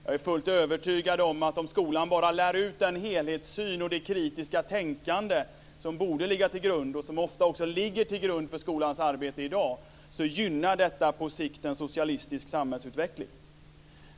Jag är fullt övertygad om att om skolan bara lär ut den helhetssyn och det kritiska tänkande som borde ligga till grund för, och som ofta också ligger till grund för, skolans arbete i dag gynnar detta på sikt en socialistisk samhällsutveckling.